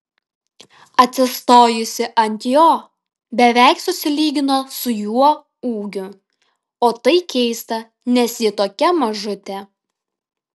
atsistojusi ant jo beveik susilygino su juo ūgiu o tai keista nes ji tokia mažutė